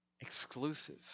exclusive